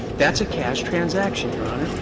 that's a cash transaction, your honor.